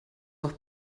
doch